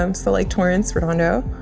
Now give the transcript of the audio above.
um so like torrance redando,